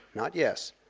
not yes,